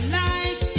life